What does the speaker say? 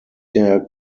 der